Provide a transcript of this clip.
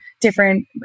different